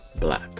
black